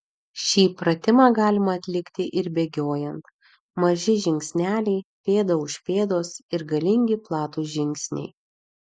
šį pratimą galima atlikti ir bėgiojant maži žingsneliai pėda už pėdos ir galingi platūs žingsniai